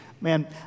Man